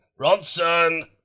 Ronson